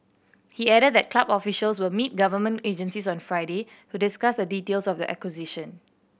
he added that club officials will meet government agencies on Friday to discuss the details of the acquisition